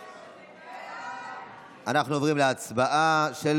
בבקשה, הצבעה.